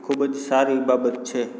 ખૂબ જ સારી બાબત છે